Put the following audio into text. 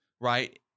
right